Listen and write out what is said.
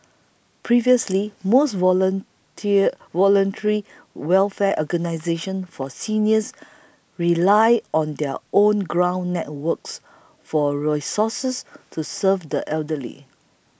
previously most volunteer voluntary welfare organisations for seniors relied on their own ground networks for resources to serve the elderly